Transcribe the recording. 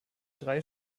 drei